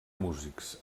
músics